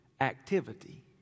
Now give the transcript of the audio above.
activity